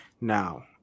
now